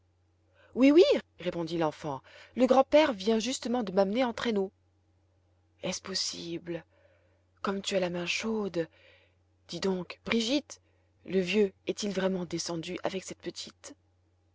oui oui répondit l'enfant le grand-père vient justement de m'amener en traîneau est-ce possible comme tu as la main chaude dis donc brigitte le vieux est-il vraiment descendu avec cette petite